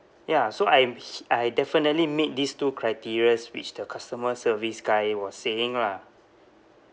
ya so I hi~ I definitely meet these two criterias which the customer service guy was saying lah